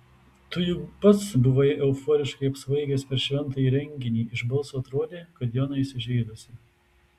tu juk pats buvai euforiškai apsvaigęs per šventąjį reginį iš balso atrodė kad jona įsižeidusi